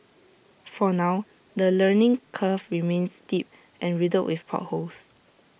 for now the learning curve remains steep and riddled with potholes